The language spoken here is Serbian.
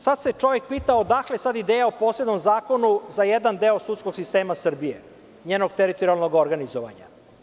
Sada se čovek pita, odakle ideja o posebnom zakonu za jedan deo sudskog sistema Srbije, njenog teritorijalnog organizovanja?